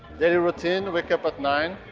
daily routine. wake up at nine